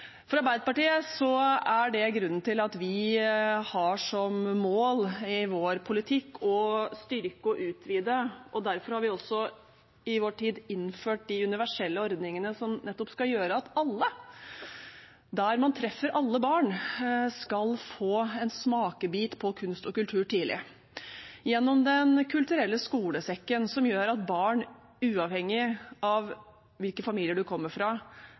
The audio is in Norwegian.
For Arbeiderpartiet er det grunnen til at vi har som mål i vår politikk å styrke og utvide. Derfor innførte vi i vår tid de universelle ordningene som skal gjøre at alle, der man treffer alle barn, skal få en smakebit på kunst og kultur tidlig. Den kulturelle skolesekken gjør at alle barn, uavhengig av hvilken familie man kommer fra,